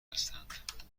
هستند